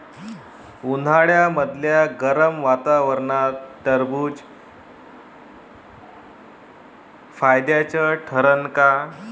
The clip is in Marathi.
उन्हाळ्यामदल्या गरम वातावरनात टरबुज फायद्याचं ठरन का?